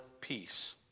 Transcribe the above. peace